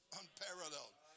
unparalleled